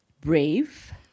brave